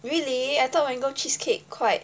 really I thought mango cheesecake quite